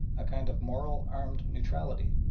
a kind of moral armed neutrality,